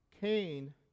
Cain